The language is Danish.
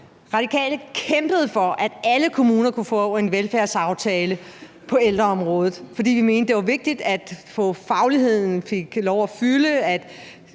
Radikale kæmpede for, at alle kommuner kunne få en velfærdsaftale på ældreområdet, fordi vi mente, det var vigtigt, at fagligheden fik lov at fylde,